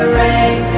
rain